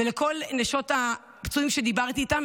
ולכל נשות הפצועים שדיברתי איתן,